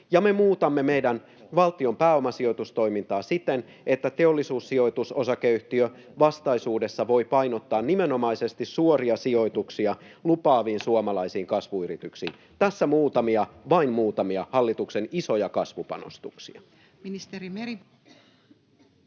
Ja me muutamme meidän valtion pääomasijoitustoimintaa siten, että Teollisuussijoitus Oy vastaisuudessa voi painottaa nimenomaisesti suoria sijoituksia lupaaviin suomalaisiin kasvuyrityksiin. Tässä vain muutamia hallituksen isoja kasvupanostuksia. [Speech